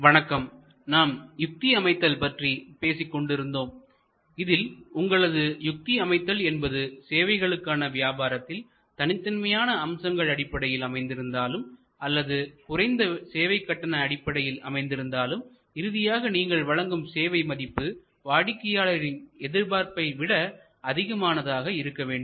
வணக்கம் நாம் யுக்தி அமைத்தல் பற்றி பேசிக்கொண்டிருந்தோம் இதில் உங்களது யுக்தி அமைத்தல் என்பது சேவைகளுக்கான வியாபாரத்தில் தனித்தன்மையான அம்சங்கள் அடிப்படையில் அமைந்திருந்தாலும் அல்லது குறைந்த சேவை கட்டண அடிப்படையில் அமைந்திருந்தாலும் இறுதியாக நீங்கள் வழங்கும் சேவை மதிப்பு வாடிக்கையாளரின் எதிர்பார்ப்பை விட அதிகமானதாக இருக்க வேண்டும்